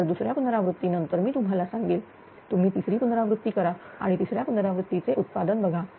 तर दुसऱ्या पुनरावृत्ती नंतर मी तुम्हाला सांगेल तुम्ही तिसरी पुनरावृत्ती करा आणि तिसऱ्या पुनरावृत्ती चे उत्पादन बघा